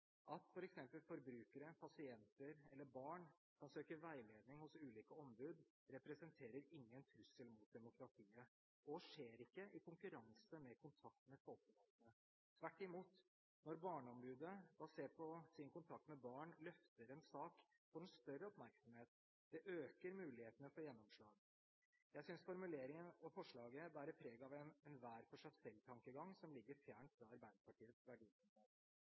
At f.eks. forbrukere, pasienter eller barn kan søke veiledning hos ulike ombud, representerer ingen trussel mot demokratiet og skjer ikke i konkurranse med kontakt med folkevalgte. Tvert imot – når barneombudet basert på sin kontakt med barn løfter en sak, får den større oppmerksomhet. Det øker mulighetene for gjennomslag. Jeg synes formuleringen og forslaget bærer preg av en «enhver for seg selv»-tankegang som ligger fjernt fra Arbeiderpartiets